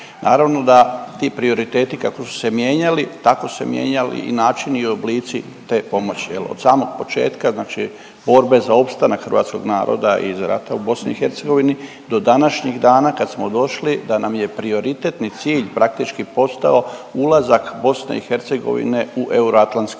Naravno da ti prioriteti kako su se mijenjali tako su se mijenjali i načini i oblici te pomoći jel, od samog početka znači borbe za opstanak hrvatskog naroda iza rata u BiH do današnjeg dana kad smo došli da nam je prioritetni cilj praktički postao ulazak BiH u Euroatlantske integracije.